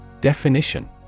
Definition